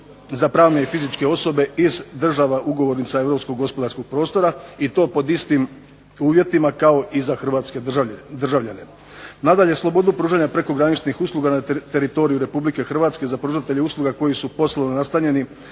za pravne i fizičke osobe iz država ugovornica europskog gospodarskog prostora i to pod istim uvjetima kao i za hrvatske državljane. Nadalje, slobodu pružanja prekograničnih usluga na teritoriju RH za pružatelje usluga koji su poslovno nastanjeni